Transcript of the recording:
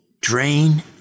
drain